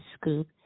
Scoop